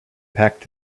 packed